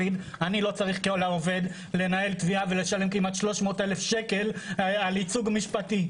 אני כעובד לא צריך לנהל תביעה ולשלם כמעט 300 אלף שקל על ייצוג משפטי.